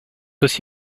aussi